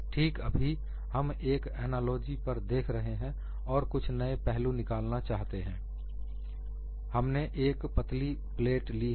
ठीक अभी हम एक एनालॉजी पर देख रहे हैं और कुछ नए पहलू निकालना चाहते हैं हमने एक पतली प्लेट ली है